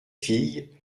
fille